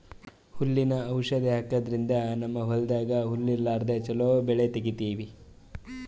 ಹುಲ್ಲಿನ್ ಔಷಧ್ ಹಾಕದ್ರಿಂದ್ ನಮ್ಮ್ ಹೊಲ್ದಾಗ್ ಹುಲ್ಲ್ ಇರ್ಲಾರ್ದೆ ಚೊಲೋ ಬೆಳಿ ತೆಗೀತೀವಿ